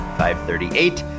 538